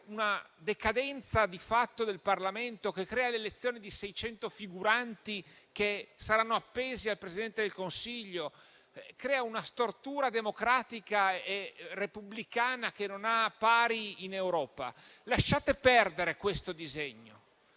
una decadenza di fatto del Parlamento. Tale riforma crea l'elezione di 600 figuranti che saranno appesi al Presidente del Consiglio e crea una stortura democratica e repubblicana che non ha pari in Europa. Lasciate perdere questo disegno